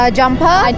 jumper